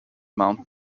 mountain